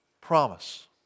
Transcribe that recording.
promise